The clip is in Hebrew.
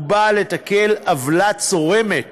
ובאה לתקן עוולה צורמת